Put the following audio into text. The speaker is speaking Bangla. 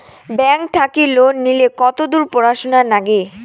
ব্যাংক থাকি লোন নিলে কতদূর পড়াশুনা নাগে?